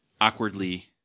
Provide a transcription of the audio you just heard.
awkwardly